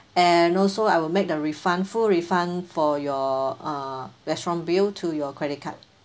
and also I will make the refund full refund for your uh restaurant bill to your credit card